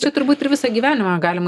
čia turbūt ir visą gyvenimą galim